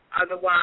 Otherwise